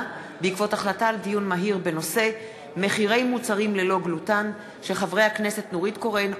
בעקבות דיון מהיר בהצעה של חברי הכנסת נורית קורן,